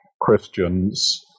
Christians